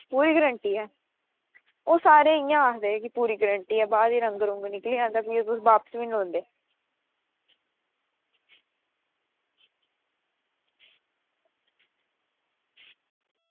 पूरी गारंटी ऐ ओह् सारे इंया आक्खदे की पूरी गारंटी कि फिर ओह् बाद च निकली जंदे ते फिर बापस बी होंदे